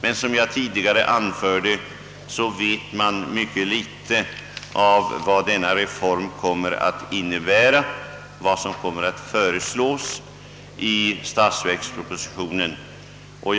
Men som jag tidigare anförde, vet man mycket litet om vad den aviserade reformen kommer att innebära.